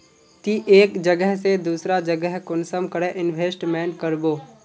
ती एक जगह से दूसरा जगह कुंसम करे इन्वेस्टमेंट करबो?